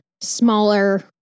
smaller